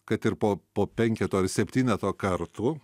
kad ir po po penketo septyneto kartų